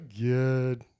good